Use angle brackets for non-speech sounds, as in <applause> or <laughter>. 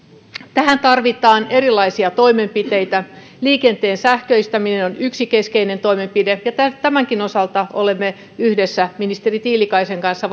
tähän tarvitaan erilaisia toimenpiteitä liikenteen sähköistäminen on yksi keskeinen toimenpide ja tämänkin osalta olemme yhdessä ministeri tiilikaisen kanssa <unintelligible>